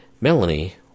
Melanie